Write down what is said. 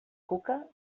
cuca